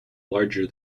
larger